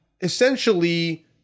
essentially